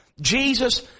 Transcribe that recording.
Jesus